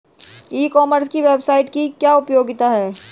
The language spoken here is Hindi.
ई कॉमर्स की वेबसाइट की क्या उपयोगिता है?